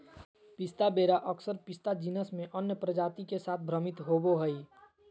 पिस्ता वेरा अक्सर पिस्ता जीनस में अन्य प्रजाति के साथ भ्रमित होबो हइ